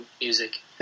music